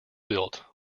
built